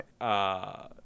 right